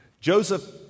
Joseph